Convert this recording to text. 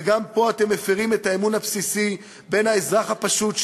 וגם פה אתם מפרים את האמון הבסיסי של האזרח הפשוט,